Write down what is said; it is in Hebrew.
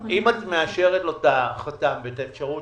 אם את מאשרת לו את החתם ואת האפשרות